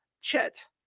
Chet